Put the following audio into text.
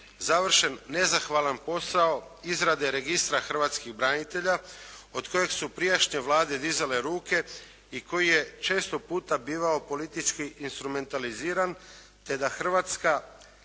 završen nezahvalan posao izrade registra hrvatskih branitelja od kojeg su prijašnje vlade dizale ruke i koji je često puta bivao politički instrumentaliziran te da Hrvatska